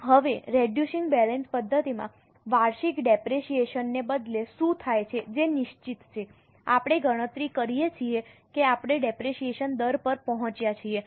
હવે reducing balance પદ્ધતિમાં વાર્ષિક ડેપરેશીયેશન ને બદલે શું થાય છે જે નિશ્ચિત છે આપણે ગણતરી કરીએ છીએ કે આપણે ડેપરેશીયેશન દર પર પહોંચ્યા છીએ